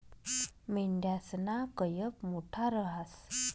मेंढयासना कयप मोठा रहास